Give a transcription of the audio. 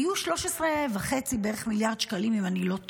היו בערך 13.5 מיליארד שקלים, אם אני לא טועה.